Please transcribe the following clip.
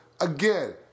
again